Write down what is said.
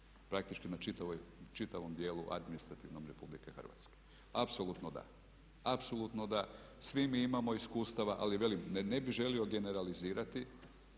praktički na čitavom dijelu administrativnom Republike Hrvatske. Apsolutno, da. Ali velim ne bih želio generalizirati,